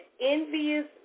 envious